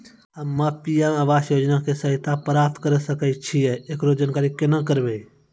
हम्मे पी.एम आवास योजना के सहायता प्राप्त करें सकय छियै, एकरो जानकारी केना करबै?